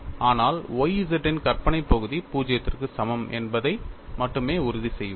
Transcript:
ஆனால் Y z இன் கற்பனை பகுதி 0 க்கு சமம் என்பதை மட்டுமே உறுதி செய்வோம்